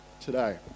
today